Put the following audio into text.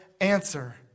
answer